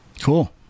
cool